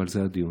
על זה הדיון.